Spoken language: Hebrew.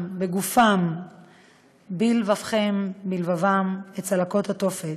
בגופם ובלבבם את צלקות התופת,